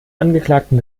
angeklagten